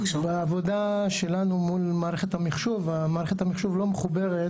בעבודה שלנו מול מערכת המחשוב מערכת המחשוב לא מחוברת